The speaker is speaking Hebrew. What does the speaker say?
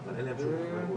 עד כאן.